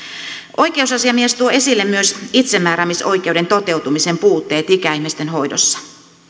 oikeusasiamies tuo esille myös itsemääräämisoikeuden toteutumisen puutteet ikäihmisten hoidossa